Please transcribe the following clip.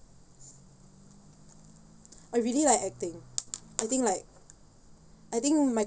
I really like acting I think like I think my